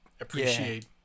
appreciate